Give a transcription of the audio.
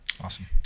Awesome